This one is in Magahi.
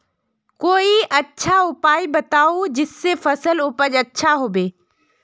कोई अच्छा उपाय बताऊं जिससे फसल उपज अच्छा होबे